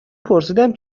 پرسیدم